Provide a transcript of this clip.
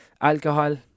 Alcohol